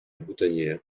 boutonniere